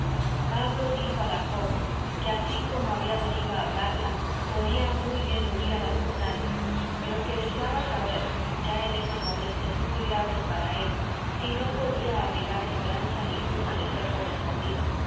pablo dijo a la joven que así como había venido a hablarla podía muy bien huir a las montañas pero que deseaba saber ya en esos momentos muy graves para él si no podía abrigar esperanza ninguna de ser correspondido